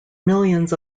millions